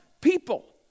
people